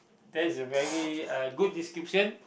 that's very uh good description